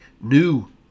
new